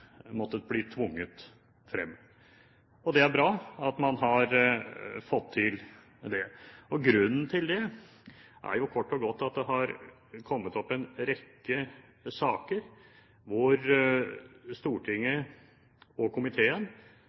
måttet bli tvunget frem. Og det er bra at man har fått til det. Grunnen til det er kort og godt at det har kommet opp en rekke saker hvor Stortinget og komiteen